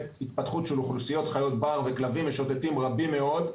התפתחות של אוכלוסיות חיות בר וכלבים משוטטים רבים מאוד.